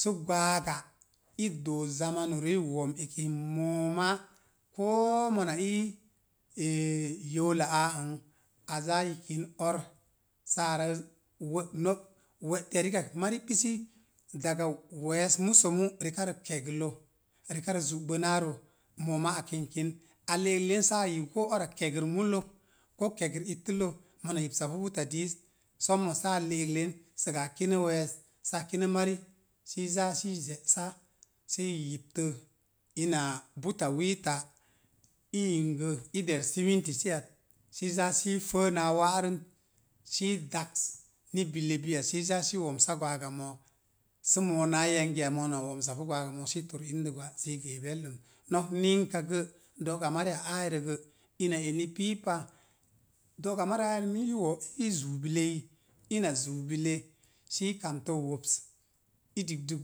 Sə gwaaga i doo zamau rə i wom eki mo̱o̱ma koo mona ii yoola áá n a záá yik yin or sərə we'teya riak mari i pisi daga we̱e̱ musomu rekarə kegilə, rekarə zu'gbənaarə moma a kink kin moma a le'ek len sə a yeu ara kegər mulok. Mona yipsa pu bata diit somo sə a le'ek len səgə a kine we̱e̱s sə a kine mari sə i zaa sə i zé'sa sə i yiptə, ina buta wiita i, yingət i der siminti sii at, i záá sə i fáá náá wa'rət, sə i daks ni bile bi at sə a záá sə i womsa gwaaga mook. Sə moo náá yangiya mooi mona wo̱msa pu gwaaga mook. Sə i tor ində gwa sə i géé belɗəm. Nok ninka gə doga mariya áái rə ga. Ina eni piipa, do'ga mariya áára i wo'i zuu billeyi ina zuu bile sə i kamte wops. I digdə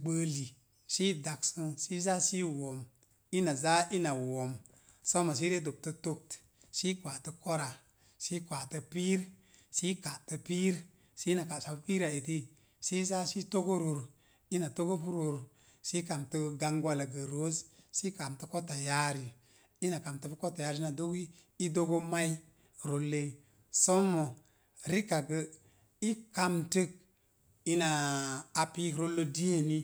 gbaəli sə i dak su kunu. Sə i zaa sə i wo̱m ina záá ina wo̱m. Sommo sə i rə dopto tokt, sə i kwaatə ko̱rá, sə i kwaatə́ piir, sə katə piir, sə ina kasə pu piira eti. Sə i zaa sə i togo roro. Ina togo pu roro sə i kantə gwangwuwalarozz səi kamtə ko̱ta yaari. Ina kamtə pu ko̱ta yaari sə ina dogi, i dogo ma'i rolloi sommo, rikak gə i kamtək inaa pii rollo dii eni